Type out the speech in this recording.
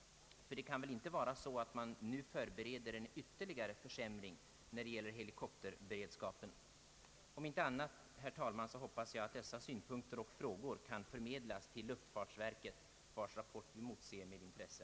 Det kan väl inte vara så att man förbereder en ytterligare försämring när det gäller helikopterberedskapen? Herr talman! Om inte annat hoppas jag att de av mig framförda synpunkterna och frågorna kan förmedlas till luftfartsverket, vars rapport vi motser med intresse,